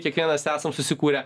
kiekvienas esam susikūrę